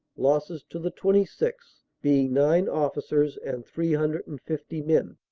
losses to the twenty sixth. being nine officers and three hundred and fifty men.